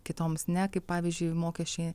kitoms ne kaip pavyzdžiui mokesčiai